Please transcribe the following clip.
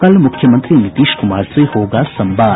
कल मुख्यमंत्री नीतीश कुमार से होगा संवाद